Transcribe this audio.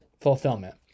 fulfillment